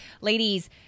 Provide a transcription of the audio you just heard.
Ladies